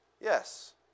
Yes